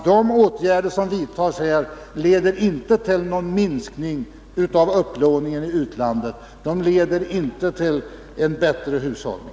De åtgärder som föreslås här leder inte till någon minskning av upplåningen i utlandet — de leder inte till en bättre hushållning.